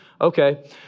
okay